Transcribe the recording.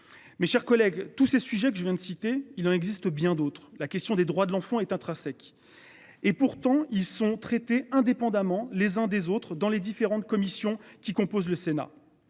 Mes chers collègues, tous ces sujets que je viens de citer, il en existe bien d'autres la question des droits de l'enfant est intrinsèque. Et pourtant ils sont traités indépendamment les uns des autres, dans les différentes commissions qui composent le Sénat.